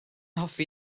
hoffi